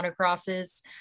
autocrosses